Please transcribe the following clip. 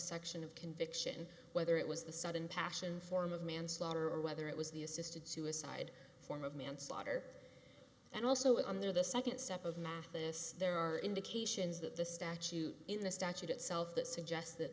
subsection of conviction whether it was the sudden passion form of manslaughter or whether it was the assisted suicide form of manslaughter and also under the second step of mathis there are indications that the statute in the statute itself that suggest